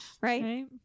right